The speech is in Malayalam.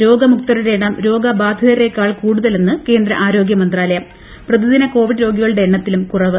രാജ്യത്ത് രോഗമുക്തരുടെ എണ്ണം രോഗ്ബാധിതരെക്കാൾ കൂടുതലെന്ന് കേന്ദ്ര ആരോഗൃ മൃന്താലയം പ്രപതിദിന കോവിഡ് രോഗികളുടെ എണ്ണത്തിലും കുറവ്